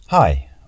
Hi